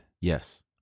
yes